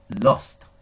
lost